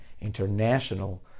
international